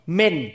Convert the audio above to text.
men